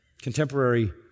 Contemporary